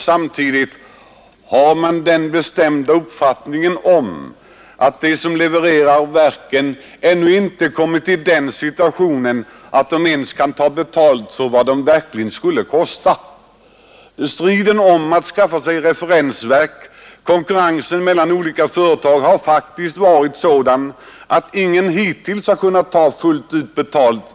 Samtidigt har man den bestämda uppfattningen att de som levererar verken ännu inte kommit i den situationen att de kan ta ut den verkliga kostnaden för verken. Striden om att skaffa sig referensverk och konkurrensen mellan olika företag har faktiskt medfört att ingen hittills kunnat ta betalt fullt ut.